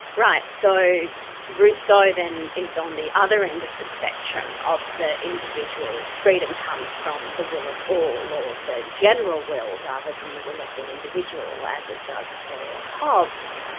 right. so rousseau then is on the other end of the spectrum of the individual. freedom comes from the will of all or the general will rather than the will of the individual as it does for hobbes.